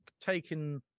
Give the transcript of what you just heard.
taking